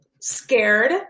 scared